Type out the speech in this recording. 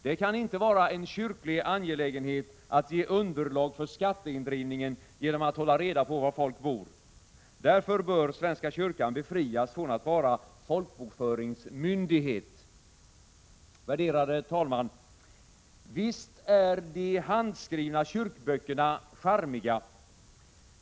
Det kan inte vara en kyrklig angelägenhet att ge underlag för skatteindrivningen genom att hålla reda på var folk bor. Därför bör svenska kyrkan befrias från att vara folkbokföringsmyndighet. Fru talman! Visst är de handskrivna kyrkböckerna charmiga.